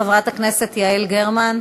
חברת הכנסת יעל גרמן.